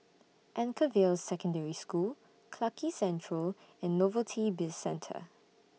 Anchorvale Secondary School Clarke Quay Central and Novelty Bizcentre